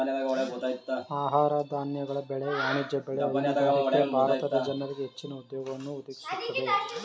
ಆಹಾರ ಧಾನ್ಯಗಳ ಬೆಳೆ, ವಾಣಿಜ್ಯ ಬೆಳೆ, ಹೈನುಗಾರಿಕೆ ಭಾರತದ ಜನರಿಗೆ ಹೆಚ್ಚಿನ ಉದ್ಯೋಗವನ್ನು ಒದಗಿಸುತ್ತಿದೆ